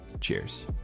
cheers